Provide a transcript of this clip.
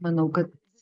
manau kad